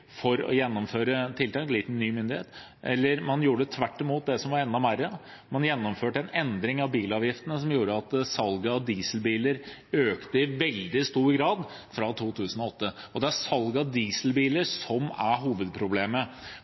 å gjennomføre tiltak, lite ny myndighet. Man gjennomførte tvert imot noe som gjorde det enda verre, nemlig en endring av bilavgiftene som førte til at salget av dieselbiler økte i veldig stor grad fra 2008. Og det er salget av dieselbiler som er hovedproblemet.